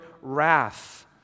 wrath